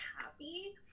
happy